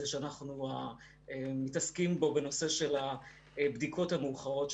שאנחנו מתעסקים בו בנושא של הבדיקות המאוחרות,